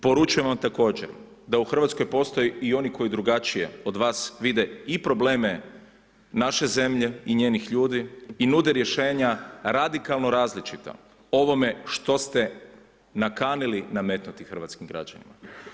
Poručujem vam također, da u Hrvatskoj postoje i oni koji drugačije od vas vide i probleme naše zemlje i njenih ljudi i nude rješenja radikalno različita ovome što ste nakanili nametnuti hrvatskim građanima.